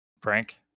Frank